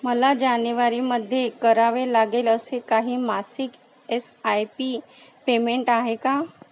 मला जानेवारीमध्ये करावे लागेल असे काही मासिक एस आय पी पेमेंट आहे का